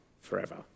forever